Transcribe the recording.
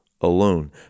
alone